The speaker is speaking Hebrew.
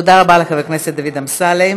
תודה רבה לחבר הכנסת דוד אמסלם.